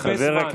שר הסגר הגיע.